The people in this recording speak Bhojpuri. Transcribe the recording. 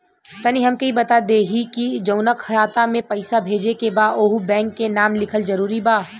तनि हमके ई बता देही की जऊना खाता मे पैसा भेजे के बा ओहुँ बैंक के नाम लिखल जरूरी बा?